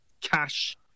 cash